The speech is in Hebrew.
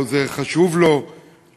או שזה חשוב לו לפרנסתו,